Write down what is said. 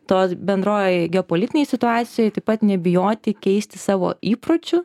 tos bendrojoj geopolitinėj situacijoj taip pat nebijoti keisti savo įpročių